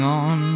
on